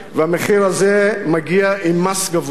והמחיר הזה מגיע עם מס גבוה.